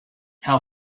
how